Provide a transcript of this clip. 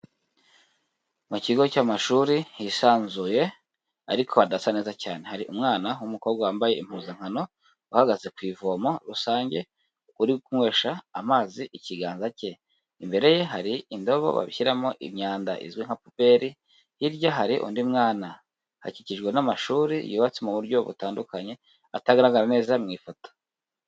Mu kigo cy'amashuri hisanzuye ariko hadasa neza cyane, hari umwana w'umukobwa wambaye impuzankano uhagaze ku ivomo rusange, uri kunywesha amazi ikiganza cye, imbere ye hari indobo bashyiramo imyanda izwi nka puberi, hirya hari undi mwana, hakijikijwe n'amashuri yubatse mu buryo butandukanye atagaragara neza mu ifoto.